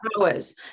hours